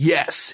Yes